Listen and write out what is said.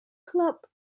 club